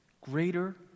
greater